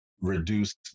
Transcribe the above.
reduce